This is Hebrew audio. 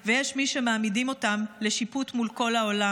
ויש מי שמעמידים אותם לשיפוט מול העולם.